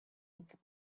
its